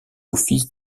office